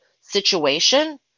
situation